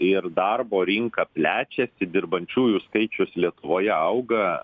ir darbo rinka plečiasi dirbančiųjų skaičius lietuvoje auga